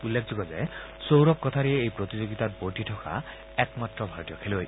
উল্লেখযোগ্য যে সৌৰভ কোঠাৰীয়ে এই প্ৰতিযোগিতাত বৰ্তি থকা একমাত্ৰ ভাৰতীয় খেলুৱৈ